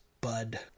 bud